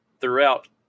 throughout